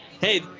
Hey